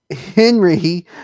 Henry